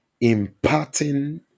imparting